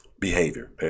behavior